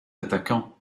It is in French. attaquant